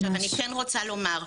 עכשיו אני כן רוצה לומר,